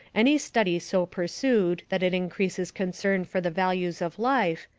any study so pursued that it increases concern for the values of life,